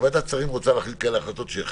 אם ועדת השרים רוצה להחליט כאלה החלטות שיחליטו,